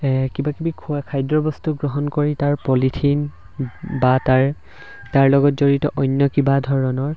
কিবাকিবি খোৱা খাদ্য বস্তু গ্ৰহণ কৰি তাৰ পলিথিন বা তাৰ তাৰ লগত জড়িত অন্য কিবা ধৰণৰ